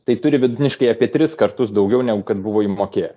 tai turi vidutiniškai apie tris kartus daugiau negu kad buvo įmokėję